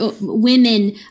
women